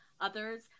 others